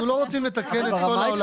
אנחנו לא רוצים לתקן את כל העולם.